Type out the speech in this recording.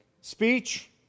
speech